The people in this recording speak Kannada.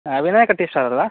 ಹಾಂ ವಿನಾಯಕ ಟೀ ಸ್ಟಾಲ್ ಅಲ್ಲ